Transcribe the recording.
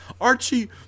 Archie